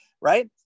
right